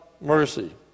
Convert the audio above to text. mercy